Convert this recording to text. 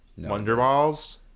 Wonderballs